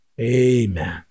Amen